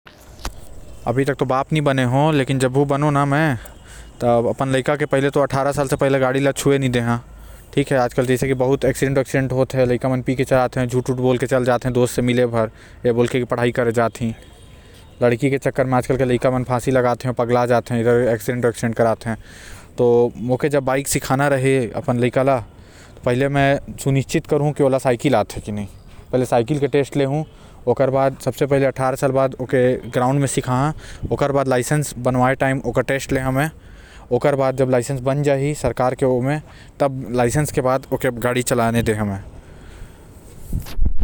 अभी बाप तो बने नि हो लेकिन जब बनू त अपन लाइका ल अठारह साल से पहिले गाड़ी ल छुए नि देहु। काबर की आजकल के लाइका गाड़ी चलते पी पा के त।